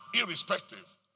irrespective